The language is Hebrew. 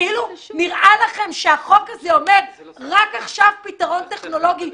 נראה לכם שהחוק הזה אומר רק עכשיו פתרון טכנולוגי,